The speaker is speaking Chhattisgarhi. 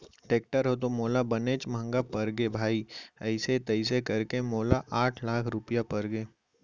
टेक्टर ह तो मोला बनेच महँगा परगे भाई अइसे तइसे करके मोला आठ लाख रूपया परगे